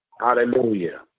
Hallelujah